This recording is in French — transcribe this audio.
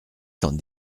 cent